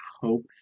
hope